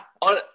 on